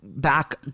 Back